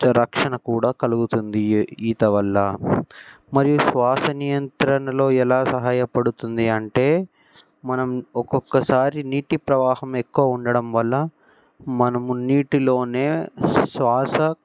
రక్షణ కూడా కలుగుతుంది ఈ ఈత వల్ల మరియు శ్వాస నియంత్రణలో ఎలా సహాయపడుతుంది అంటే మనం ఒక్కొక్కసారి నీటి ప్రవాహం ఎక్కువ ఉండడం వల్ల మనము నీటిలోనే శ్వాస